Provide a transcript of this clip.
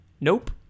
Nope